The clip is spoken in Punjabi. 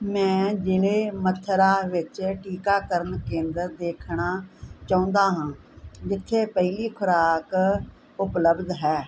ਮੈਂ ਜ਼ਿਲ੍ਹੇ ਮਥੁਰਾ ਵਿੱਚ ਟੀਕਾਕਰਨ ਕੇਂਦਰ ਦੇਖਣਾ ਚਾਹੁੰਦਾ ਹਾਂ ਜਿੱਥੇ ਪਹਿਲੀ ਖੁਰਾਕ ਉਪਲਬਧ ਹੈ